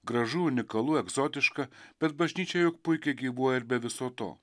gražu unikalu egzotiška bet bažnyčia juk puikiai gyvuoja ir be viso to